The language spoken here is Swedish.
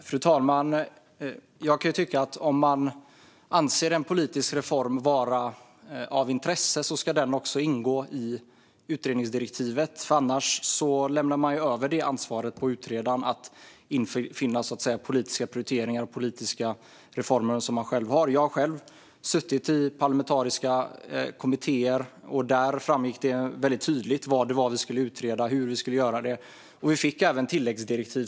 Fru talman! Jag kan tycka att om man anser en politisk reform vara av intresse ska den också ingå i utredningsdirektivet, annars lämnar man ju över ansvaret på utredaren att finna politiska prioriteringar och politiska reformer. Jag har själv suttit i parlamentariska kommittéer, och där framgick det väldigt tydligt vad det var vi skulle utreda och hur vi skulle göra det. Vi fick även tilläggsdirektiv.